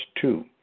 Two